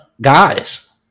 guys